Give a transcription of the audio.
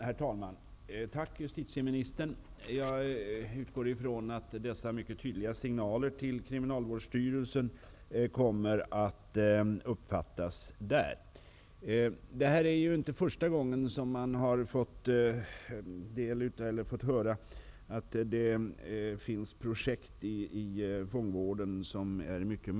Herr talman! Tack, justitieministern. Jag utgår ifrån att dessa mycket tydliga signaler till Kriminalvårdsstyrelsen kommer att uppfattas där. Det här är ju inte första gången som man har fått höra att det finns mycket märkliga projekt inom fångvården.